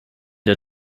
der